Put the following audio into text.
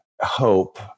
hope